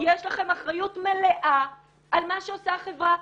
יש לכם אחריות מלאה על מה שעושה החברה.